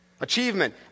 Achievement